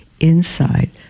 inside